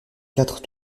quatre